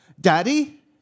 Daddy